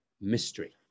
mystery